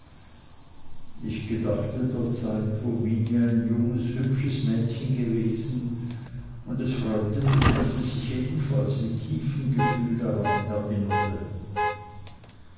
ich gedachte der zeit wo minnie ein junges und hübsches mädchen gewesen und es freute mich daß sie sich ebenfalls mit tiefem gefühl daran erinnerte